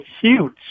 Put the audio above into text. huge